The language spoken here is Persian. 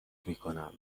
میکنم